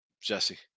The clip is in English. Jesse